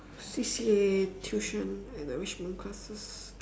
C_C_A tuition and enrichment classes